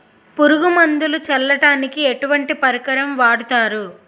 పురుగు మందులు చల్లడానికి ఎటువంటి పరికరం వాడతారు?